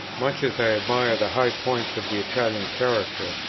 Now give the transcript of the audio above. much as i admire the high points of the italian character,